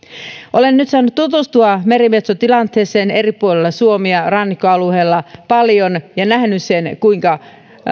olen nyt saanut tutustua merimetsotilanteeseen eri puolilla suomea rannikkoalueella paljon ja nähnyt sen